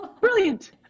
brilliant